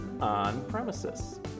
on-premises